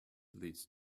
leads